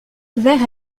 vers